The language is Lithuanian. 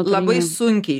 labai sunkiai